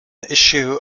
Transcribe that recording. issue